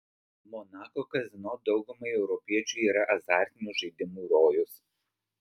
monako kazino daugumai europiečių yra azartinių žaidimų rojus